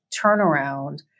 turnaround